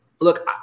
Look